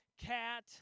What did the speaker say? cat